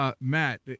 Matt